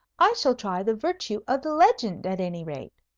i shall try the virtue of the legend, at any rate.